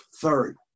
Third